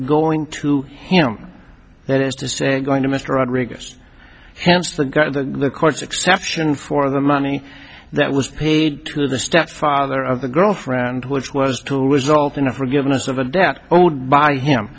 going to him that is to say going to mr rodriguez hence the got the records exception for the money that was paid to the stepfather of the girlfriend which was to result in a forgiveness of a debt owed by him